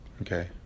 Okay